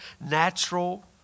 natural